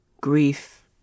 grief